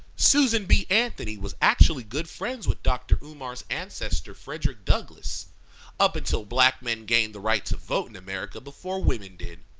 susan b. anthony was actually good friends with dr. umar's ancestor frederick douglass up until black men gained the right to vote in america before women did.